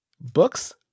Book's